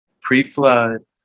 pre-flood